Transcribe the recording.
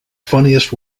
funniest